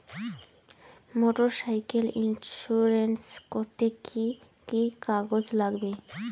Motorcycle insurance করতে কি কি কাগজ লাগবে?